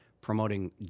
promoting